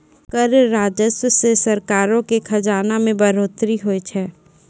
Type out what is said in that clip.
कर राजस्व से सरकारो के खजाना मे बढ़ोतरी होय छै